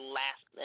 last